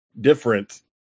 different